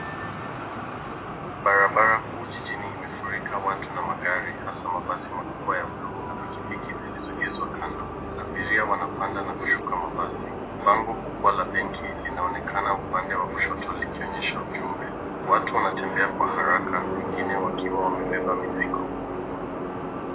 Barabara kuu jijini imefurika watu na magari hasa mabasi makubwa ya bluu na pikipiki zilizoegezwa kando. Abiria wanshuka na kupanda mabasi. Bango kubwa la benki linaonekana upande wa kushoto likionyesha ujumbe. Watu wanatembea kwa haraka wengine wakiwa wamebeba mizigo.